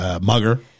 mugger